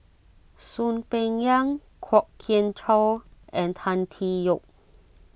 Soon Peng Yam Kwok Kian Chow and Tan Tee Yoke